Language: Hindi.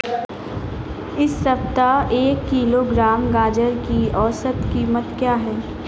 इस सप्ताह एक किलोग्राम गाजर की औसत कीमत क्या है?